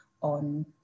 on